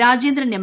Rajendran M